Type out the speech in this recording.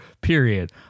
period